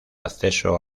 acceso